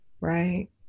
right